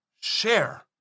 share